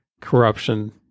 corruption